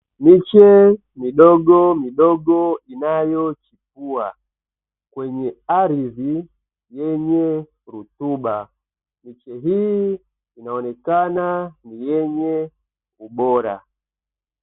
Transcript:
Miche midogo midogo, inayochipua kwenye ardhi yenye rutuba, miche hii inaonekana ni yenye ubora.